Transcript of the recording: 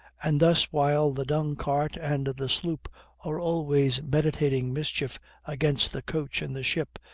and thus, while the dung-cart and the sloop are always meditating mischief against the coach and the ship,